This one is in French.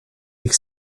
avec